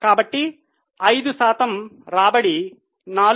కాబట్టి 5 శాతం రాబడి 4